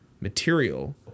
material